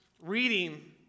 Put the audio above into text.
reading